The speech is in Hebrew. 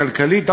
הכלכלית,